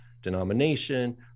denomination